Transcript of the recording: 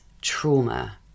trauma